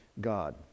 God